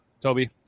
Toby